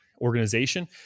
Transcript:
organization